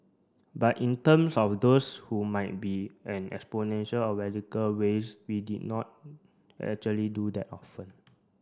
but in terms of those who might be exponential or radical ways we did not actually do that often